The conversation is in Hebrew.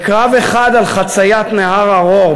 בקרב אחד על חציית נהר הרוהר,